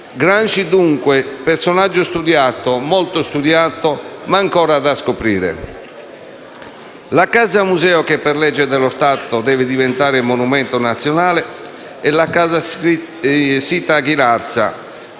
Gramsci è dunque un personaggio studiato, molto studiato, ma ancora da scoprire. La Casa Museo che per legge dello Stato deve diventare monumento nazionale è la casa sita a Ghilarza,